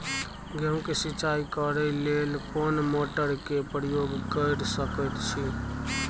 गेहूं के सिंचाई करे लेल कोन मोटर के प्रयोग कैर सकेत छी?